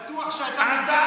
אתה בטוח, תודה רבה.